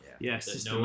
Yes